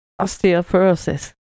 osteoporosis